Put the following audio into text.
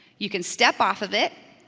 you can step off of it,